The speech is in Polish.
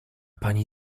pani